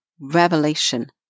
revelation